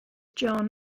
john